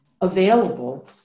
available